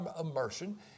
immersion